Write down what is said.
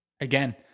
Again